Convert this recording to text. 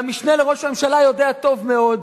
והמשנה לראש הממשלה יודע טוב מאוד,